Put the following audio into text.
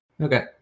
Okay